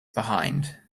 behind